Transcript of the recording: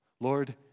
Lord